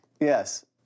Yes